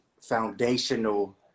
foundational